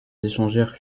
échangèrent